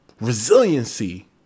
Resiliency